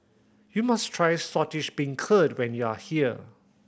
you must try Saltish Beancurd when you are here